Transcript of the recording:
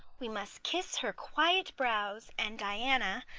we must kiss her quiet brows and, diana,